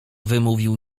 wymówił